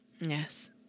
Yes